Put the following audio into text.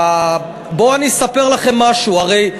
בואו אני אספר לכם משהו: הרי,